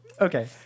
okay